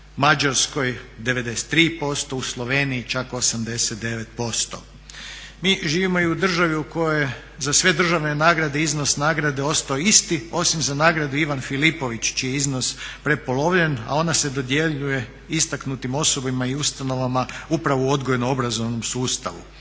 Mađarskoj 93%, u Sloveniji čak 89%. Mi živimo i u državi u kojoj za sve državne nagrade iznos nagrade ostao isti osim za nagradu Ivan Filipović čiji je iznos prepolovljen, a ona se dodjeljuje istaknutim osobama i ustanovama upravo u odgojno-obrazovnom sustavu.